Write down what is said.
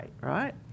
right